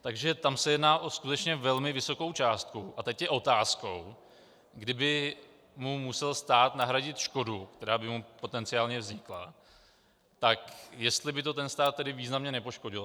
Takže tam se jedná skutečně o velmi vysokou částku, a teď je otázkou, kdyby mu musel stát nahradit škodu, která by mu potenciálně vznikla, tak jestli by to ten stát tedy významně nepoškodilo.